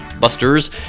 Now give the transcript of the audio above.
busters